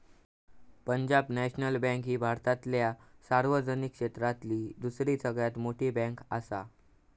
Punjab national bank ही भारतातल्या सार्वजनिक क्षेत्रातली दुसरी सगळ्यात मोठी बँकआसा